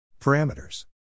Parameters